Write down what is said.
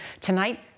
tonight